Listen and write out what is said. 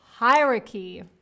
Hierarchy